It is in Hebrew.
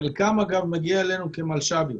חלקם אגב מגיע אלינו כמלש"בים,